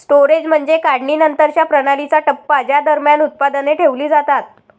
storage म्हणजे काढणीनंतरच्या प्रणालीचा टप्पा ज्या दरम्यान उत्पादने ठेवली जातात